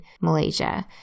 Malaysia